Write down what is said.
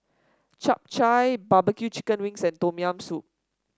Chap Chai bbq Chicken Wings and Tom Yam Soup